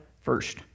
first